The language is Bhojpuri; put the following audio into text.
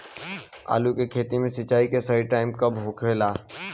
आलू के खेती मे सिंचाई के सही टाइम कब होखे ला?